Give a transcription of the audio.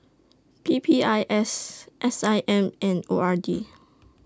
P P I S S I M and O R D